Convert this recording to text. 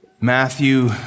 Matthew